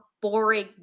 boring